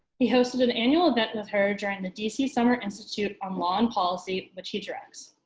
he hosted an annual event and with her during the dc summer institute on law and policy, which he directs.